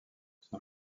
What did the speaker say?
son